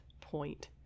point